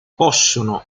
possono